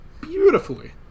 beautifully